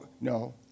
no